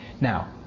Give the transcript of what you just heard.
Now